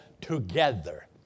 together